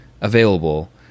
available